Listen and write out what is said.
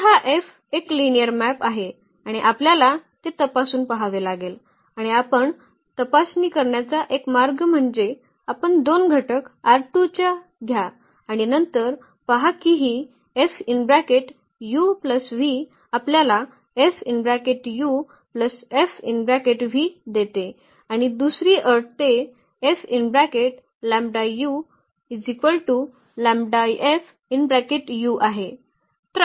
तर हा F एक लिनिअर मॅप आहे आणि आपल्याला ते तपासून पहावे लागेल आणि तपासणी करण्याचा एक मार्ग म्हणजे आपण दोन घटक घ्या आणि नंतर पहा की ही आपल्याला देते आणि दुसरी अट ते आहे